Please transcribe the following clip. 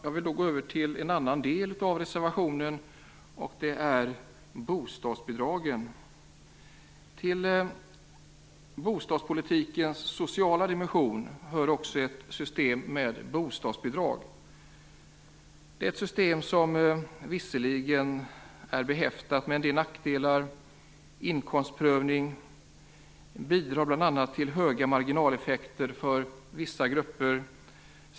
Jag vill då gå över till en annan del av reservationen. Det handlar om bostadsbidragen. Till bostadspolitikens sociala dimension hör också ett system med bostadsbidrag. Det är ett system som visserligen är behäftat med en del nackdelar, t.ex. inkomstprövning och bidrag till höga marginaleffekter för vissa grupper.